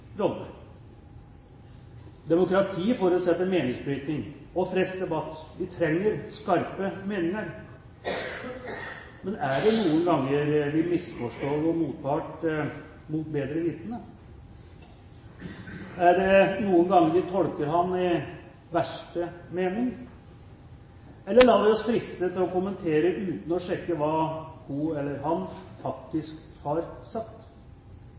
Demokrati forutsetter meningsbrytning og frisk debatt. Vi trenger skarpe meninger. Men er det noen ganger vi misforstår vår motpart mot bedre vitende? Er det noen ganger vi tolker ham i verste mening, eller lar vi oss friste til å kommentere uten å sjekke hva hun eller han faktisk har sagt?